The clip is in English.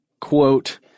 quote